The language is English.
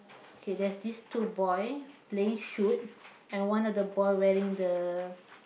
okay there's these two boy playing shoot and one of the boy wearing the